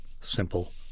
simple